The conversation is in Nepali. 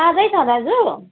ताजै छ दाजु